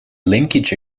linkage